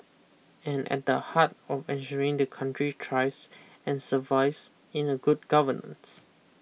and at the heart of ensuring the country tries and survives in the good governance